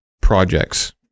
projects